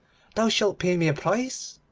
thou shalt pay me a price